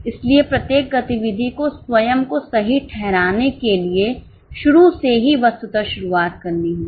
इसलिए प्रत्येक गतिविधि को स्वयं को सही ठहराने के लिए शुरू से ही वस्तुतः शुरुआत करनी होगी